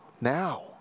now